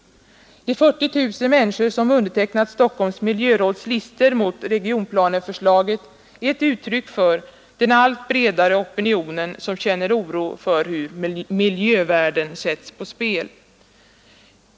De 40 000 människor som har undertecknat Stockholms miljöråds listor mot regionplaneförslaget är ett uttryck för den allt bredare opinion som känner oro för hur miljövärden sätts på spel.